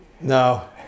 No